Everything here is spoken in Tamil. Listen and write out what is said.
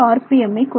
எம் ஐ கொண்டுள்ளன